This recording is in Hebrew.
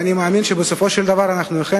ואני מאמין שבסופו של דבר אנחנו אכן